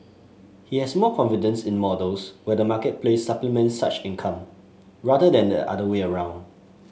he has more confidence in models where the marketplace supplements such income rather than the other way around